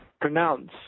pronounce